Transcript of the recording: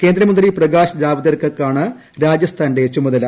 കേന്ദ്രമന്ത്രി പ്രകാശ് ജാവദേക്കർക്കാണ് രാജസ്ഥാന്റെ ചുമതല